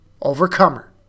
overcomer